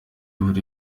buri